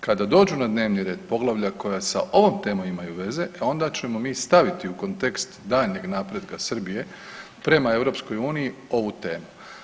Kada dođu na dnevni red poglavlja koja sa ovom temom imaju veze, e onda ćemo mi staviti u kontekst daljnjeg napretka Srbije prema EU ovu temu.